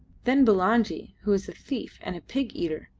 then bulangi, who is a thief and a pig-eater,